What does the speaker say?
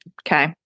okay